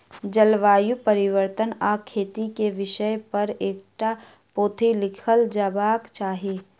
जलवायु परिवर्तन आ खेती के विषय पर एकटा पोथी लिखल जयबाक चाही